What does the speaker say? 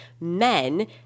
men